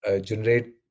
generate